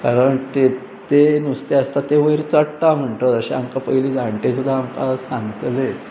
कारण ते तें नुस्तें आसता ते वयर चडटा म्हणटत जशें आमकां पयलीं जाणटे सुद्दां आमकां सांगतले